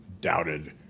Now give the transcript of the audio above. doubted